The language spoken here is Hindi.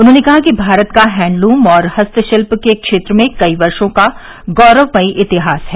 उन्होंने कहा कि भारत का हैंडलूम और हस्तशिल्प के क्षेत्र में कई वर्षों का गौरवमयी इतिहास है